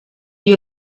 you